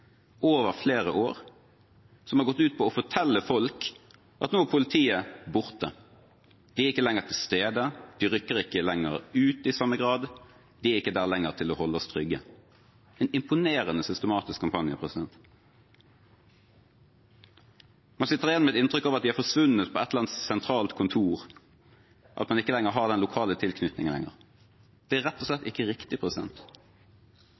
over flere år som har gått ut på å fortelle folk at nå er politiet borte, de er ikke lenger til stede, de rykker ikke lenger ut i samme grad, de er ikke lenger der til å holde oss trygge. Det har vært en imponerende systematisk kampanje. Man sitter igjen med et inntrykk av at de har forsvunnet på et eller annet sentralt kontor, at man ikke lenger har den lokale tilknytningen. Det er rett og